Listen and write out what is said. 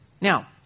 Now